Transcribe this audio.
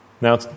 now